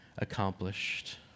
accomplished